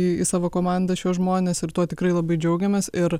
į savo komandą šiuos žmones ir tuo tikrai labai džiaugiamės ir